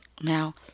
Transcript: Now